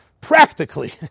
Practically